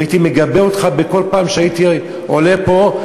והייתי מגבה אותך כל פעם שהייתי עולה לפה,